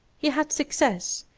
he had success,